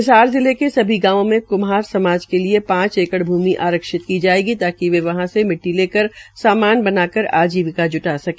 हिसार जिले के सभी गांवों में क्म्हार समाज के लिये पांच एकड़ भ्रमि आरक्षित की जायेगी ताकि वे वहां से मिट्टी लेकर सामान बनाकर आजीविका जटा सके